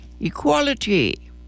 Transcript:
Equality